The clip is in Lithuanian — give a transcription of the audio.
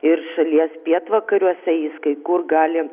ir šalies pietvakariuose jis kai kur gali